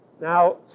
Now